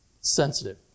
sensitive